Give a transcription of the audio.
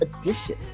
Edition